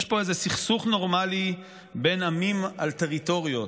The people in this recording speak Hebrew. יש פה איזה סכסוך נורמלי בין עמים על טריטוריות,